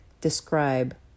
describe